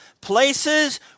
places